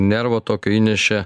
nervo tokio įnešė